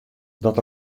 dat